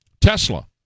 Tesla